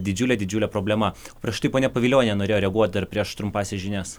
didžiule didžiule problema prieš tai ponia pavilionienė norėjo reaguoti dar prieš trumpąsias žinias